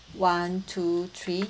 one two three